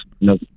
No